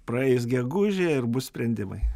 praeis gegužė ir bus sprendimai